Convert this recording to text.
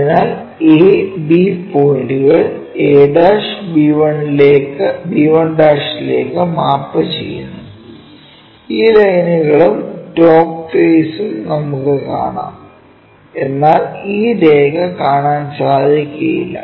അതിനാൽ a b പോയിന്റുകൾ a1 b1 ലേക്ക് മാപ്പുചെയ്യുന്നു ഈ ലൈനുകളും ടോപ് ഫേസും നമുക്ക് കാണാം എന്നാൽ ഈ രേഖ കാണാൻ സാധിക്കില്ല